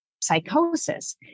psychosis